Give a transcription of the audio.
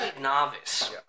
novice